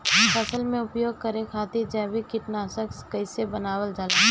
फसल में उपयोग करे खातिर जैविक कीटनाशक कइसे बनावल जाला?